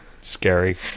scary